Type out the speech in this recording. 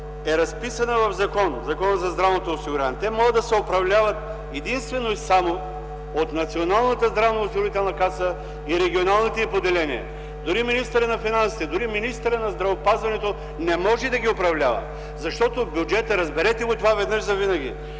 е разписана в Закона за здравното осигуряване: „Те могат да се управляват единствено и само от Националната здравноосигурителна каса и регионалните й поделения”. Дори и министърът на финансите, дори и министърът на здравеопазването не може да ги управлява, разберете това веднъж завинаги!